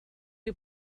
you